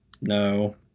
no